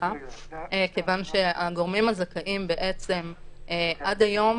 כיוון שהגורמים הזכאים בעצם עד היום